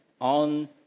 on